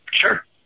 Sure